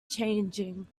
changing